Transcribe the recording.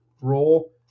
role